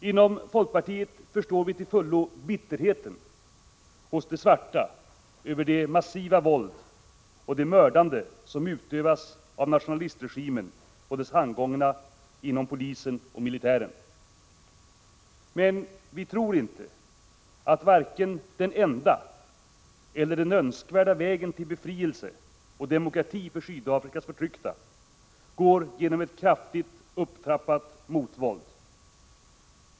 Inom folkpartiet förstår vi till fullo bitterheten hos de svarta över det massiva våld och det mördande som utövas av nationalistregimen och dess handgångna inom polisen och militären. Men vi tror inte att vare sig den enda eller den önskvärda vägen till befrielse och demokrati för Sydafrikas förtryckta går genom ett kraftigt upptrappat motvåld.